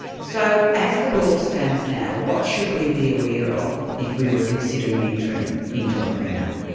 so, as the law stands now, what should we be aware of if we were considering entering into a prenup?